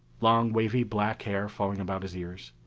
long, wavy black hair, falling about his ears.